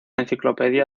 enciclopedia